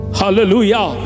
hallelujah